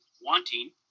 wanting